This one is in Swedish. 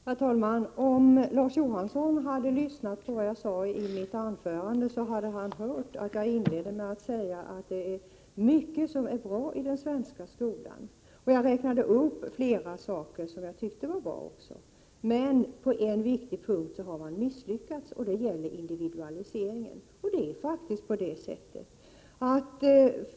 Herr talman! Om Larz Johansson hade lyssnat på vad jag sade i mitt 19 maj 1988 anförande hade han hört att jag inledde med att säga att det är mycket som är bra i den svenska skolan. Jag räknade också upp flera saker som jag tyckte var bra. Men på en viktig punkt har man misslyckats. Det gäller individualiseringen.